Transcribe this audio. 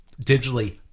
digitally